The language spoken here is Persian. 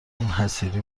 حصیری